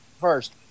First